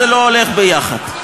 זה לא הולך ביחד.